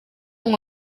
ngo